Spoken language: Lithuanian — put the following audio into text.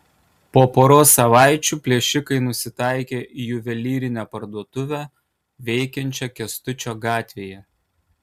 po poros savaičių plėšikai nusitaikė į juvelyrinę parduotuvę veikiančią kęstučio gatvėje